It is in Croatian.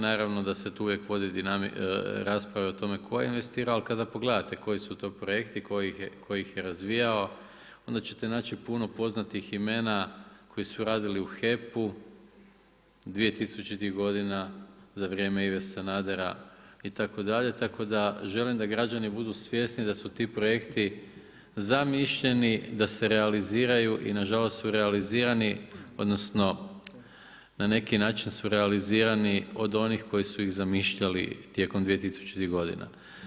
Naravno da se tu uvijek vodi rasprava o tome tko je investirao, ali pogledate koji su to projekti tko ih je razvijao onda ćete naći puno poznatih imena koji su radili u HEP-u 2000. godina za vrijeme Ive Sanadera itd., tako da želim da građani budu svjesni da su ti projekti zamišljeni da se realiziraju i nažalost su realizirani odnosno na neki način su realizirani od onih koji su ih zamišljali tijekom 2000. godina.